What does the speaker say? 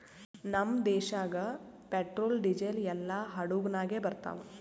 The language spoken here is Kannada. ನಮ್ದು ದೇಶಾಗ್ ಪೆಟ್ರೋಲ್, ಡೀಸೆಲ್ ಎಲ್ಲಾ ಹಡುಗ್ ನಾಗೆ ಬರ್ತಾವ್